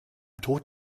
tod